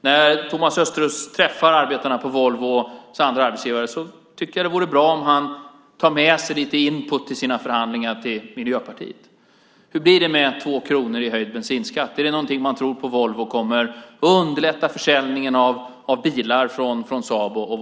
Då Thomas Östros träffar arbetarna på Volvo och hos andra arbetsgivare vore det bra, tycker jag, att i sina förhandlingar ta med sig lite input till Miljöpartiet. Hur blir det med 2 kronor i höjd bensinskatt? Är det något som man på Volvo tror kommer att underlätta försäljningen av bilar från Volvo och Saab?